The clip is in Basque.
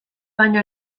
baino